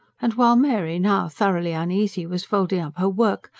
and while mary, now thoroughly uneasy, was folding up her work,